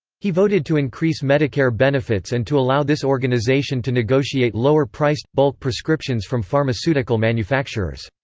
he voted to increase medicare benefits and to allow this organization to negotiate lower-priced, bulk prescriptions from pharmaceutical manufacturers.